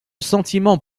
sentiment